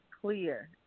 clear